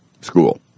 school